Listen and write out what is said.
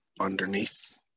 underneath